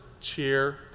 cheer